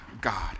God